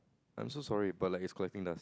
I'm so sorry but like it's collecting dust